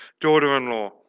Daughter-in-law